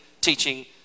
teaching